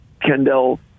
Kendall